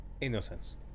innocence